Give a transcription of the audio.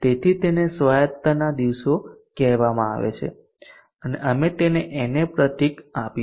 તેથી તેને સ્વાયતતાના દિવસો કહેવામાં આવે છે અને અમે તેને na પ્રતીક આપીશું